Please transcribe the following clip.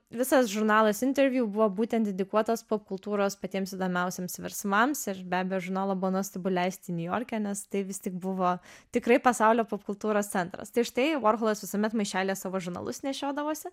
visas žurnalas interviu buvo būtent dedikuotas popkultūros patiems įdomiausiems virsmams ir be abejo žurnalą buvo nuostabu leisti niujorke nes tai vis tik buvo tikrai pasaulio popkultūros centras tai štai vorholas visuomet maišelyje savo žurnalus nešiodavosi